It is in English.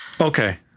okay